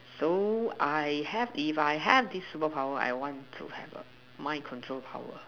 so I have if I have this super power I want to have a mind control power